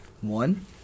one